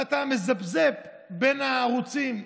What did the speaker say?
ואתה מזפזפ בין הערוצים,